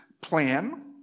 plan